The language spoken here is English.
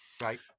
right